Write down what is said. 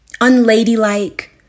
unladylike